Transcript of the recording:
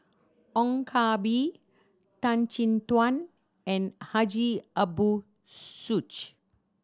Ong Koh Bee Tan Chin Tuan and Haji Ambo